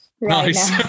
Nice